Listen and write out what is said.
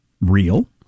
Real